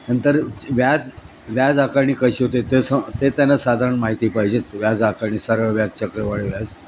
नंतर व्याज व्याज आकारणी कशी होते ते सं ते त्यांना साधारण माहिती पाहिजेच व्याज आकारणी सरळ व्याज चक्रवाढ व्याज